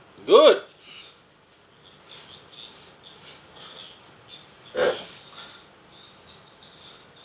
good